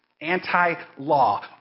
anti-law